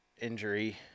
injury